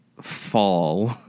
fall